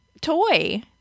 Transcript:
toy